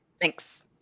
Thanks